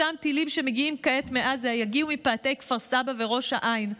אותם טילים שמגיעים כעת מעזה יגיעו מפאתי כפר סבא וראש העין,